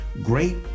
great